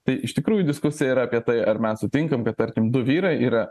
tai iš tikrųjų diskusija yra apie tai ar mes sutinkam kad tarkim du vyrai yra